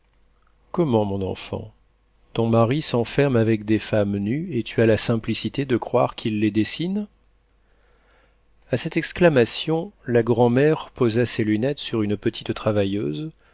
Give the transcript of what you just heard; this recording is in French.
comment mon enfant ton mari s'enferme avec des femmes nues et tu as la simplicité de croire qu'il les dessine a cette exclamation la grand'mère posa ses lunettes sur une petite travailleuse